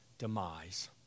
demise